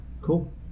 Cool